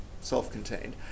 self-contained